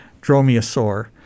dromaeosaur